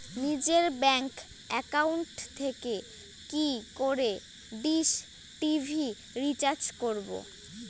নিজের bank account থেকে কি করে ডিশ টি.ভি রিচার্জ করবো?